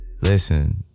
listen